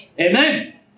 Amen